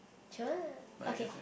sure okay